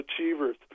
achievers